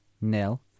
nil